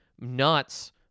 nuts